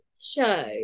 show